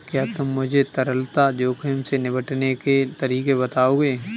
क्या तुम मुझे तरलता जोखिम से निपटने के तरीके बताओगे?